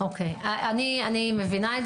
אני מבינה.